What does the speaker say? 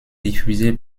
diffusée